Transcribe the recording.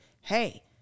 Hey